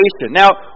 Now